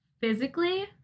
physically